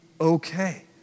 okay